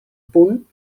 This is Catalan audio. punt